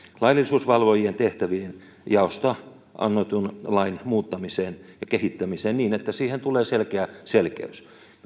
laillisuusvalvojien tehtävienjaosta annetun lain muuttamiseen ja kehittämiseen niin että siihen tulee selkeä selkeys